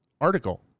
article